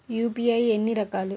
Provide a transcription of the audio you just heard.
UPI ఎన్ని రకాలు?